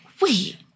Wait